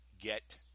Get